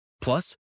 Plus